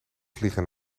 vliegen